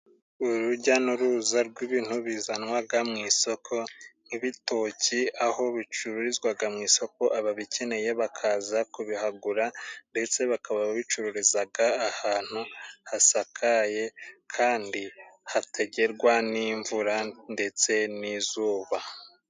Urujya n'uruza rw'ibintu bizanwaga mu isoko nk'ibitoki, aho bicururizwaga mu isoko ababikeneye bakaza kubihagura ndetse bakaba babicururizaga ahantu hasakaye kandi hatagerwa n'imvura ndetse n'izuba.